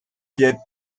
get